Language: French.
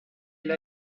elle